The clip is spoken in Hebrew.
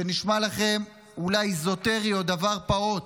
זה נשמע לכם אולי אזוטרי או דבר פעוט,